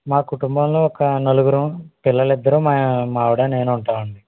మా కుటుంబంలో ఒక నలుగురం పిల్లలు ఇద్దరు మా ఆవిడ నేను ఉంటాము అండి